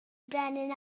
brenin